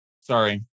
Sorry